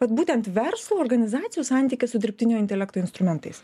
vat būtent verslo organizacijų santykį su dirbtinio intelekto instrumentais